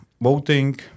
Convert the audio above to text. voting